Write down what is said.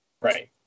Right